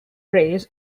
prays